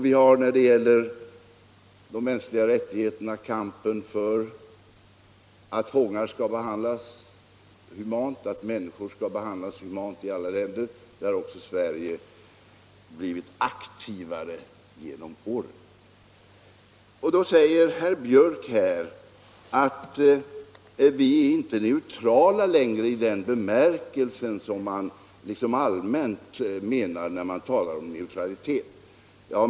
När det gäller de mänskliga rättigheterna, kampen för att fångar och människor över huvud skall behandlas humant i alla länder har Sverige också blivit aktivare genom åren. Då säger herr Björck i Nässjö att vi inte längre är neutrala i den bemärkelse som man allmänt lägger in i neutralitet.